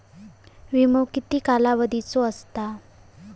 विमो किती कालावधीचो असता?